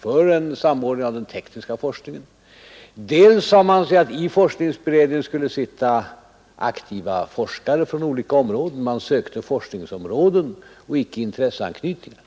för en samordning av den tekniska forskningen, dels sade man sig att det i forskningsberedningen skulle sitta aktiva forskare från olika områden; man sökte forskningsområden och icke intresseanknytningar.